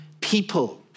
people